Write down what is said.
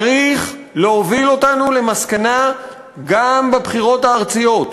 צריך להוביל אותנו למסקנה גם לגבי הבחירות הארציות,